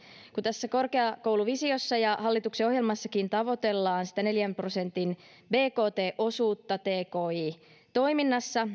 tässä korkeakouluvisiossa ja hallituksen ohjelmassakin tavoitellaan neljän prosentin bkt osuutta tki toiminnassa